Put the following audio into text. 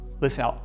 Listen